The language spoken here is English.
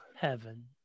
Heaven